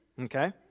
Okay